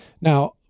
Now